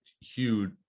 huge